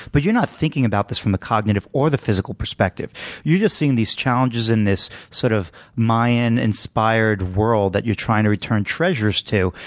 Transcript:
but you're not thinking about this from the cognitive or the physical perspective you're just seeing these challenges in this sort of mayan-inspired world that you're trying to return treasure to,